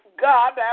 God